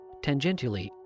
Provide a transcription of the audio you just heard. Tangentially